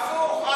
הפוך.